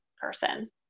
person